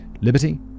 Liberty